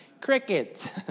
Cricket